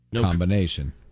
combination